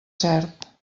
cert